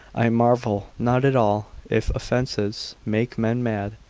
i marvel not at all if offences make men mad.